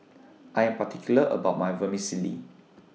I Am particular about My Vermicelli